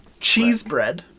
Cheesebread